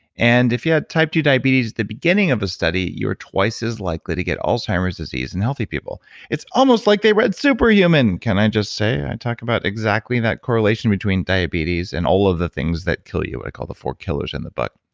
and if you had type two diabetes at the beginning of the study, you are twice as likely to get alzheimer's disease and healthy people it's almost like they read super human, can i just say i talk about exactly that correlation between diabetes and all of the things that kill you, what i call the four killers in the book.